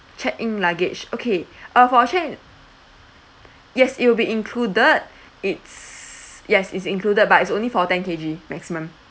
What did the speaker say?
check in luggage okay uh for check in yes it will be included it's yes it's included but it's only for ten K_G maximum